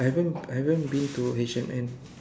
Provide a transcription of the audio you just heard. I haven't I haven't been to H and M